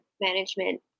management